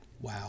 Wow